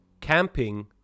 camping